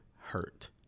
hurt